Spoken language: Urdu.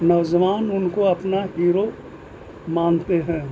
نوجوان ان کو اپنا ہیرو مانتے ہیں